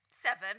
Seven